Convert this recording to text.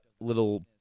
little